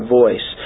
voice